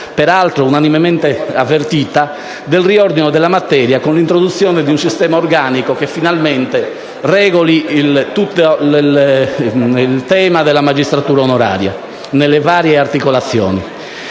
peraltro unanimemente avvertita, del riordino della materia, con l'introduzione di un sistema organico che finalmente regoli tutto il tema della magistratura onoraria nelle varie articolazioni.